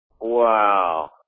wow